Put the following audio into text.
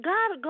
God